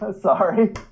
sorry